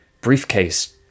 briefcase